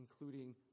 including